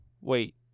Wait